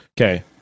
Okay